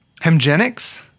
hemgenics